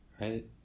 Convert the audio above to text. right